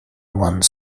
one